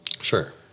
Sure